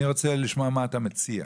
אני רוצה לשמוע מה אתה מציע.